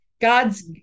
God's